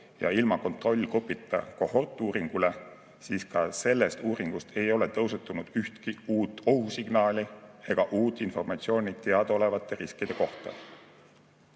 ja ilma kontrollgrupita kohortuuringule, aga ka sellest uuringust ei ole tõusetunud ühtki uut ohusignaali ega uut informatsiooni teadaolevate riskide kohta.